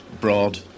broad